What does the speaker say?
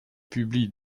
publie